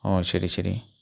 ഓ ശരി ശരി